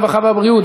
הרווחה והבריאות.